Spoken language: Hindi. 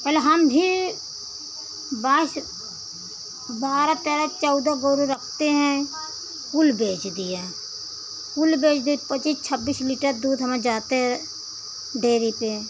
पहले हम भी भैंस बारह तेरह चौदह गोरू रखते हैं कुल बेच दिया कुल बेच दे पचीस छब्बीस लीटर दूध हमें जाते डेरी पे